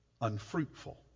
unfruitful